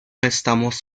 estamos